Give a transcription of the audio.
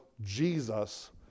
Jesus